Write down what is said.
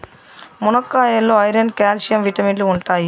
మునక్కాయాల్లో iron, calcium విటమిన్లు ఉంటాయి